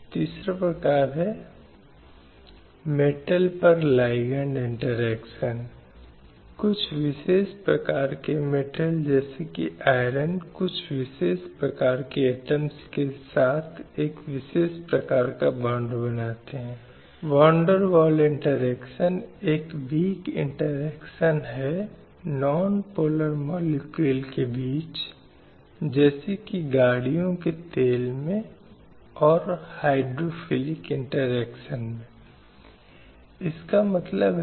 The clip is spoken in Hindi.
और इसके माध्यम से अंतर्राष्ट्रीय निकाय घोषित है कि दुनिया भर में महिलाओं के खिलाफ बढ़ती हिंसा की समस्या की ओर व्यक्तिगत राष्ट्रों का ध्यान आकर्षित करने की कोशिश की जा रही है और यह आवश्यक है कि यदि मानव अधिकारों और मौलिक स्वतंत्रता का एहसास होना है तो ऐसी हिंसा को रोकना होगा यह बहुत महत्वपूर्ण है